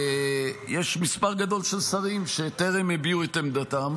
יש מספר גדול של שרים שטרם הביעו את עמדתם.